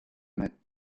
point